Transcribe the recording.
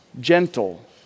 gentle